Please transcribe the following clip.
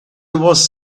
was